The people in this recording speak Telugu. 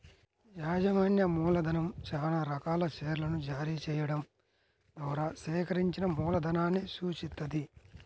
యాజమాన్య మూలధనం చానా రకాల షేర్లను జారీ చెయ్యడం ద్వారా సేకరించిన మూలధనాన్ని సూచిత్తది